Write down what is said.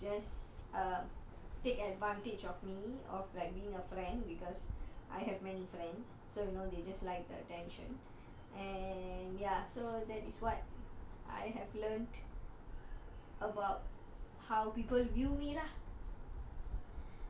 just um take advantage of me of like being a friend because I have many friends so you know they just like the attention and ya so that is what I have learnt about how people view me lah